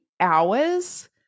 hours